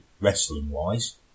wrestling-wise